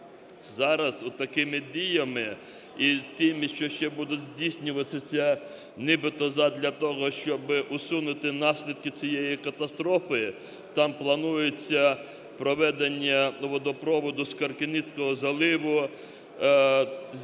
зараз отакими діями і тими, що ще будуть здійснюватися нібито задля того, щоб усунути наслідки цієї катастрофи, там планується проведення водопроводу з Каркінітського заливу.